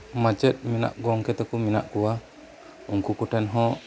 ᱢᱟᱪᱮᱫ ᱢᱮᱱᱟᱜ ᱜᱚᱢᱠᱮ ᱠᱚ ᱢᱮᱱᱟᱜ ᱠᱚᱣᱟ ᱩᱱᱠᱩ ᱠᱚ ᱴᱷᱮᱱ ᱦᱚᱸ